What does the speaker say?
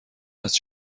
است